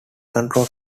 control